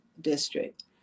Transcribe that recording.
district